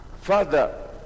Father